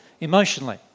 emotionally